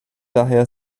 daher